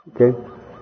Okay